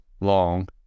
long